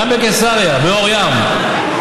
באור ים.